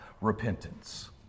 repentance